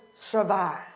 survive